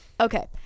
okay